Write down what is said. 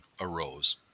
arose